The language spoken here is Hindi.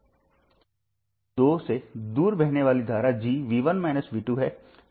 नोड 2 से दूर बहने वाली धारा G है